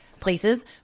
Places